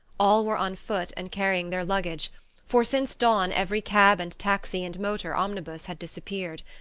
all were on foot, and carrying their luggage for since dawn every cab and taxi and motor omnibus had disappeared.